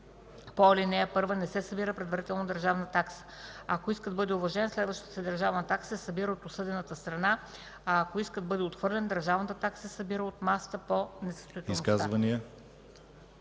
По иск по ал. 1 не се събира предварително държавна такса. Ако искът бъде уважен, следващата се държавна такса се събира от осъдената страна, а ако искът бъде отхвърлен, държавната такса се събира от масата по несъстоятелността.”